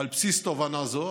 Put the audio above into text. על בסיס תובנה זו,